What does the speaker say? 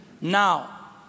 Now